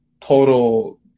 total